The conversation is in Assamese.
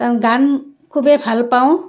কাৰণ গান খুবেই ভাল পাওঁ